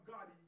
God